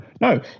no